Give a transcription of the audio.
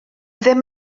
ddim